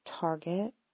target